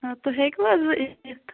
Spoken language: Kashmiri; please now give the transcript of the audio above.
ٲں تُہۍ ہیٚکوا حظ وۄنۍ یِتھ